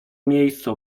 miejscu